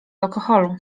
alkoholu